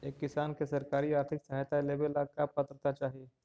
एक किसान के सरकारी आर्थिक सहायता लेवेला का पात्रता चाही?